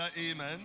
amen